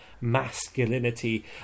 masculinity